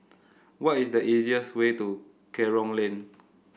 what is the easiest way to Kerong Lane